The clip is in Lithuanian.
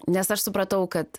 nes aš supratau kad